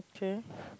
okay